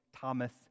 Thomas